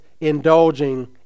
indulging